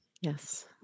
Yes